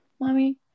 Mommy